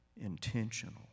intentional